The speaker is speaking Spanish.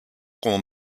como